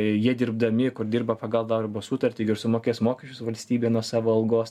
jie dirbdami kur dirba pagal darbo sutartį ir sumokės mokesčius valstybei nuo savo algos